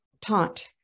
taunt